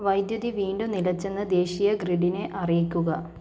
വൈദ്യുതി വീണ്ടും നിലച്ചെന്ന് ദേശീയ ഗ്രിഡ്ഡിനെ അറിയിക്കുക